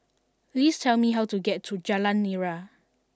please tell me how to get to Jalan Nira